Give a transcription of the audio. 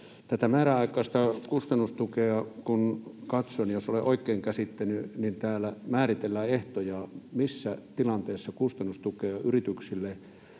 tätä määräaikaista kustannustukea katson, niin jos olen oikein käsittänyt, täällä määritellään ehtoja, missä tilanteessa kustannustukea yrityksille